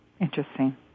Interesting